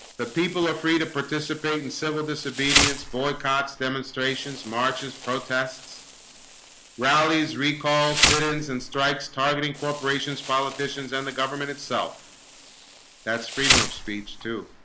the people are free to participate in civil disobedience boycotts demonstrations marches protests rallies recall sit-ins and strikes targeting corporations politicians and the government itself that's freedom of speech